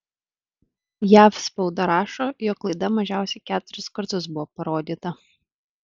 jav spauda rašo jog laida mažiausiai keturis kartus buvo parodyta